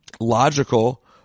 logical